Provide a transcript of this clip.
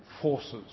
forces